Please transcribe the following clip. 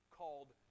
called